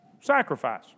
sacrifice